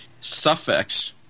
suffix